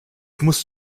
muss